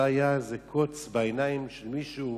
זה היה קוץ בעיניים של מישהו,